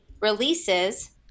releases